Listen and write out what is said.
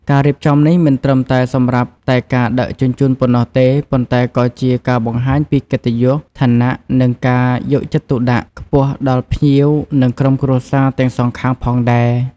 ការរៀបចំនេះមិនត្រឹមតែសម្រាប់តែការដឹកជញ្ជូនប៉ុណ្ណោះទេ ប៉ុន្តែក៏ជាការបង្ហាញពីកិត្តិយស ឋានៈ និងការយកចិត្តទុកដាក់ខ្ពស់ដល់ភ្ញៀវនិងក្រុមគ្រួសារទាំងសងខាងផងដែរ។